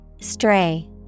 Stray